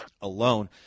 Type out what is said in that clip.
alone